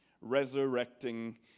Resurrecting